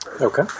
Okay